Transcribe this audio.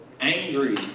angry